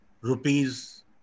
rupees